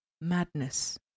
madness